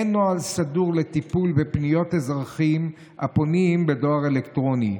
אין נוהל סדור לטיפול בפניות אזרחים הפונים בדואר אלקטרוני.